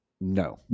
No